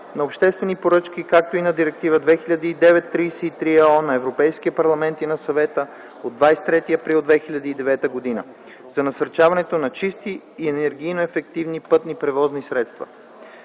на обществени поръчки, както и на Директива 2009/33/ ЕО на Европейския парламент и на Съвета от 23 април 2009 г. за насърчаването на чисти и енергийно ефективни пътни превозни средства.